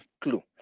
clue